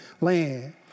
land